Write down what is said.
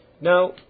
now